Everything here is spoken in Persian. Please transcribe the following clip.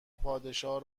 پادشاه